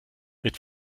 mit